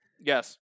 Yes